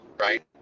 right